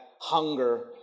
hunger